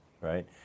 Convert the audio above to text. right